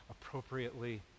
appropriately